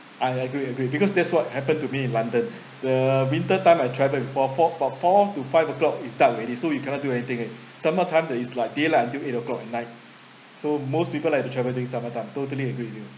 I agree agree because that's what happened to me in london the winter time I travel about four about four to five o'clock it's start already so you cannot do anything already summer time there is like day lah until eight o'clock at night so most people like to travel during summer time totally agree with you